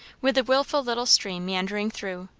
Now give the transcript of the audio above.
with the wilful little stream meandering through,